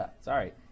sorry